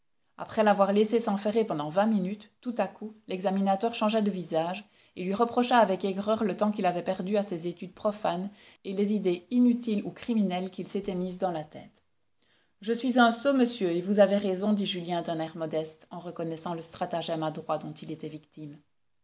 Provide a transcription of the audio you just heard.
après l'avoir laissé s'enferrer pendant vingt minutes tout à coup l'examinateur changea de visage et lui reprocha avec aigreur le temps qu'il avait perdu à ces études profanes et les idées inutiles ou criminelles qu'il s'était mises dans la tête je suis un sot monsieur et vous avez raison dit julien d'un air modeste en reconnaissant le stratagème adroit dont il était victime